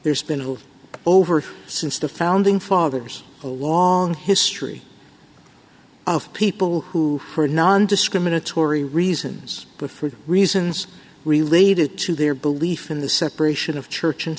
there's been little over since the founding fathers a long history of people who are nondiscriminatory reasons but for reasons related to their belief in the separation of church and